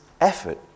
effort